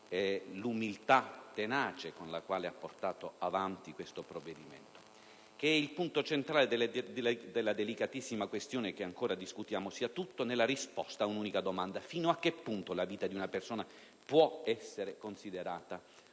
l'umiltà tenace con la quale ha portato avanti questo provvedimento), che il punto centrale della delicatissima questione che ancora discutiamo sia tutto nella risposta ad un'unica domanda: fino a che punto la vita di una persona può essere considerata un